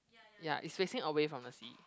ya it's facing away from the sea